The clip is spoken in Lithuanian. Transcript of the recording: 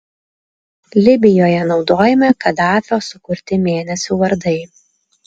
libijoje naudojami kadafio sukurti mėnesių vardai